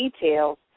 details